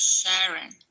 Sharon